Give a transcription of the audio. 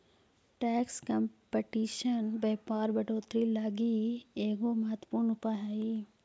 tax competition व्यापार बढ़ोतरी लगी एगो महत्वपूर्ण उपाय हई